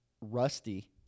rusty